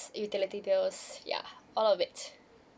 utilities bills ya all of it